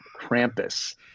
Krampus